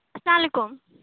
السلام علیکم